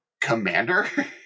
commander